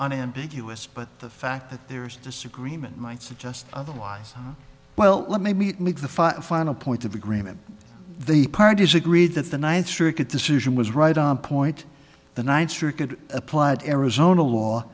unambiguous but the fact that there is disagreement might suggest otherwise well let me make the final point of agreement the parties agreed that the ninth circuit decision was right on point the ninth circuit applied arizona law